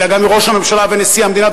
אלא גם מראש הממשלה ונשיא המדינה,